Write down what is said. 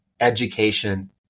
education